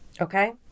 Okay